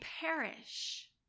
perish